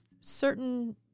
certain